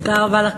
תודה רבה לך,